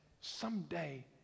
someday